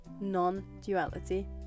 non-duality